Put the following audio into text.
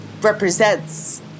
represents